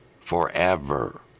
Forever